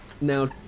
now